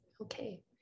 okay